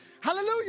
Hallelujah